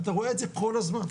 אתה רואה את זה כל הזמן.